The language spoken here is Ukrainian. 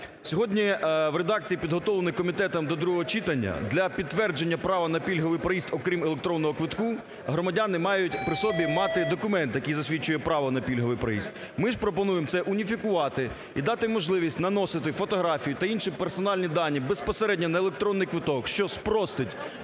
Сьогодні в редакції підготовленій комітетом до другого читання для підтвердження право на пільговий проїзд, окрім електронного квитка, громадяни мають при собі мати документ, який засвідчує право на пільговий проїзд. Ми ж пропонуємо це уніфікувати і дати можливість наносити фотографію та інші персональні дані безпосередньо на електронний квиток, що спростить